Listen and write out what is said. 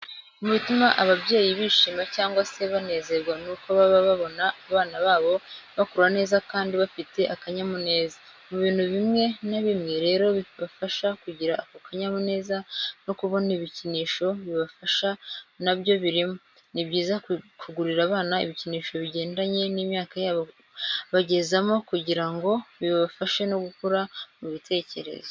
Mu bituma ababyeyi bishima cyangwa se banezerwa nuko baba babona abana babo bakura neza kandi bafite akanyamuneza, mu bintu biimwe na bimwe rero bibafasha kugira ako kanyamuneza no kubona ibikinisho bibafasha nabyo birimo. Ni byiza kugurira abana ibikinisho bigendanye n'imyaka yabo bagezemo kugirango bibafashe no gukura mu bitekerezo.